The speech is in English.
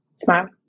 Smile